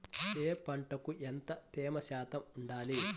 ఏ పంటకు ఎంత తేమ శాతం ఉండాలి?